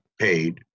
paid